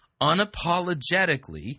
unapologetically